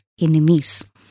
enemies